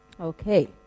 Okay